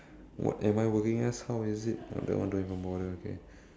what I am working as how is it that one don't even bother okay